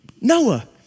Noah